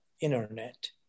internet